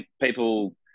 People